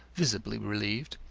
visibly relieved.